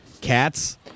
cats